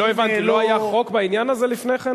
לא הבנתי, לא היה חוק בעניין הזה לפני כן?